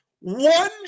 One